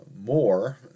more